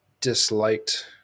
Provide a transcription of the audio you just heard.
disliked